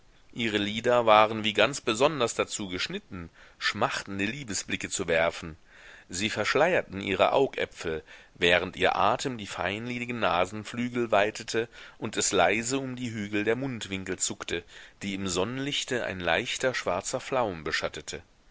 ihre lider waren wie ganz besonders dazu geschnitten schmachtende liebesblicke zu werfen sie verschleierten ihre augäpfel während ihr atem die feinlinigen nasenflügel weitete und es leise um die hügel der mundwinkel zuckte die im sonnenlichte ein leichter schwarzer flaum beschattete